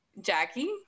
Jackie